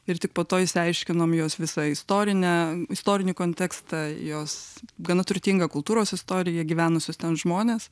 ir tik po to išsiaiškinom jos visą istorinę istorinį kontekstą jos gana turtingą kultūros istoriją gyvenusius ten žmones